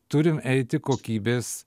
turim eiti kokybės